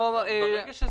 אצלנו זה